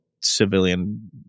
civilian